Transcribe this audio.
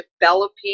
developing